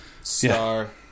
Star